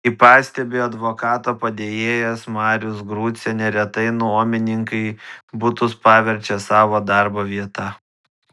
kaip pastebi advokato padėjėjas marius grucė neretai nuomininkai butus paverčia savo darbo vieta